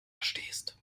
verstehst